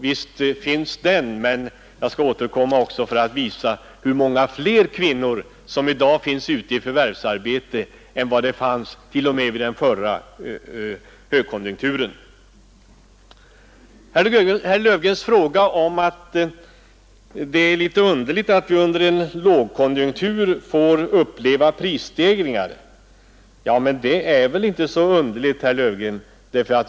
Visst finns den, men jag skall återkomma också i den frågan för att visa hur många fler kvinnor som i dag är ute i förvärvsarbete än t.o.m. vid den förra högkonjunkturen. Herr Löfgren ansåg det anmärkningsvärt att vi under en lågkonjunktur får uppleva prisstegringar. Men det är väl inte så underligt, herr Löfgren.